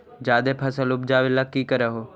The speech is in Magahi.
जादे फसल उपजाबे ले की कर हो?